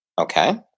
Okay